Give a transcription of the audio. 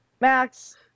Max